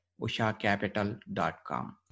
ushacapital.com